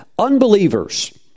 Unbelievers